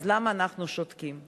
אז למה אנחנו שותקים?